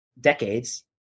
decades